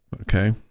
Okay